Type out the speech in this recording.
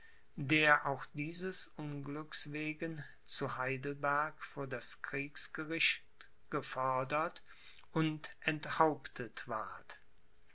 der auch dieses unglücks wegen zu heidelberg vor das kriegsgericht gefordert und enthauptet ward